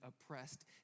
oppressed